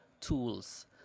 tools